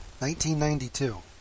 1992